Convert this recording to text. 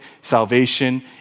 salvation